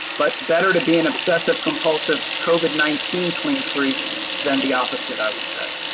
but better to be an obsessive-compulsive covid nineteen clean freak than the opposite i would say.